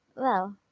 well?